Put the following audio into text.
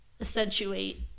accentuate